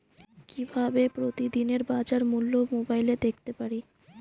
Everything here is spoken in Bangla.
কিভাবে প্রতিদিনের বাজার মূল্য মোবাইলে দেখতে পারি?